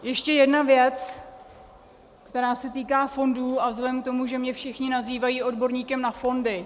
Ještě jedna věc, která se týká fondů, a vzhledem k tomu, že mě všichni nazývají odborníkem na fondy.